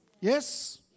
Yes